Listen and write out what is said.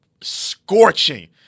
scorching